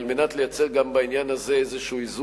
על מנת לייצר גם בעניין הזה איזה איזון